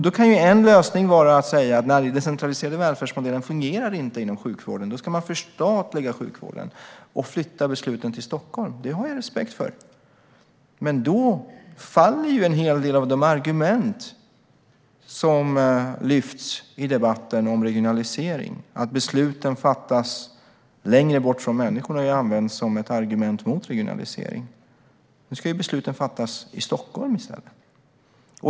Då kan en lösning vara att säga att när den decentraliserade välfärdsmodellen inte fungerar inom sjukvården ska man förstatliga sjukvården och flytta besluten till Stockholm. Det har jag respekt för. Men då faller en hel del av de argument som lyfts fram i debatten om regionalisering. Att besluten fattas längre bort från människorna har använts som ett argument mot regionalisering. Nu ska ju besluten fattas i Stockholm i stället.